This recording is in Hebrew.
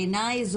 בעיניי,